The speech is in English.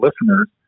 listeners